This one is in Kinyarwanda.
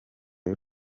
y’u